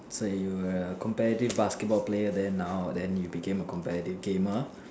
say you were a competitive basketball player then now then you became a competitive gamer